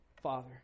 Father